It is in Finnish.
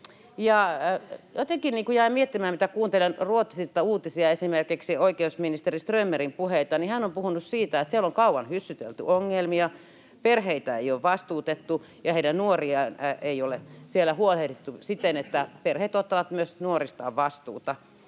Jotenkin jäin miettimään sitä, kun kuuntelen Ruotsista uutisia, esimerkiksi oikeusministeri Strömmerin puheita, että hän on puhunut siitä, että siellä on kauan hyssytelty ongelmia, perheitä ei ole vastuutettu ja heidän nuoristaan ei ole siellä huolehdittu siten, että myös perheet ottaisivat nuoristaan vastuuta.